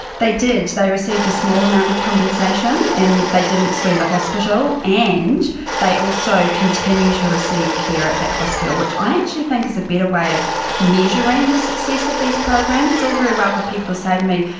they did, they received a small amount of compensation and they didn't sue the hospital, and they also continued to receive care at that hospital, which i actually think is a better way of measuring the success of these programs. it's all very well for people to say to me,